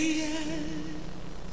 yes